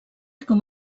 com